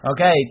Okay